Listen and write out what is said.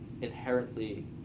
inherently